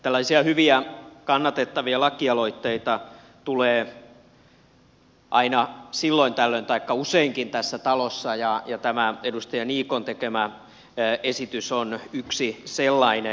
tällaisia hyviä kannatettavia lakialoitteita tulee aina silloin tällöin taikka useinkin tässä talossa ja tämä edustaja niikon tekemä esitys on yksi sellainen